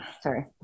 Sorry